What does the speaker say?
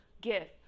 gift